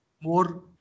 more